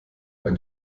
mein